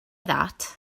that